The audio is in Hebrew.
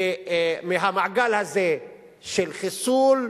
מהמעגל הזה של חיסול,